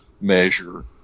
measure